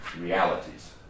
realities